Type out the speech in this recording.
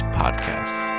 podcasts